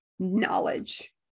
knowledge